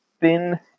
thin